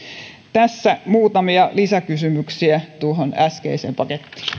tässä muutamia lisäkysymyksiä tuohon äskeiseen pakettiin